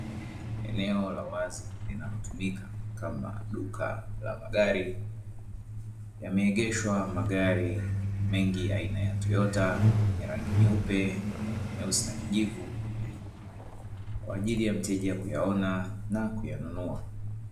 Eneo la wazi linalotumika kama duka la magari, yameegeshwa magari mengi aina ya toyota yenye rangi nyeupe, nyeusi na kijivu kwa ajili ya mteja kuyaona na kuyanunua.